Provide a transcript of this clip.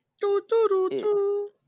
Do-do-do-do